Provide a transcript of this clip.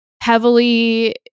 heavily